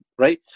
Right